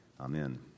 Amen